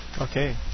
Okay